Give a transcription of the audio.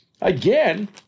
Again